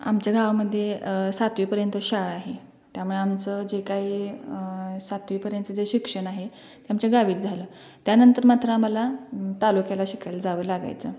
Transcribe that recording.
आमच्या गावामध्ये सातवीपर्यंतच शाळा आहे त्यामुळे आमचं जे काही सातवीपर्यंतचं जे शिक्षण आहे ते आमच्या गावीच झालं त्यानंतर मात्र आम्हाला तालुक्याला शिकायला जावं लागायचं